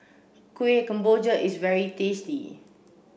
Kueh Kemboja is very tasty